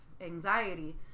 anxiety